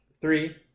three